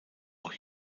auch